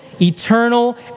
eternal